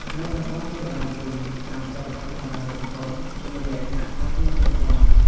នៅតំបន់ជនបទវិញ ការប្រើប្រាស់បណ្ដាញសង្គមមានលក្ខណៈខុសគ្នាទាំងស្រុង។